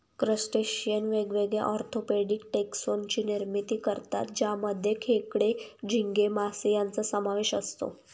crustacean वेगवेगळ्या orthopaedic taxon ची निर्मिती करतात ज्यामध्ये खेकडे, झिंगे, मासे यांचा समावेश असतो